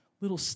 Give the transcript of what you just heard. little